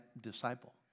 disciple